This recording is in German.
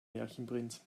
märchenprinz